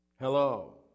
Hello